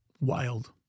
Wild